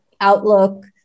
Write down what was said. outlook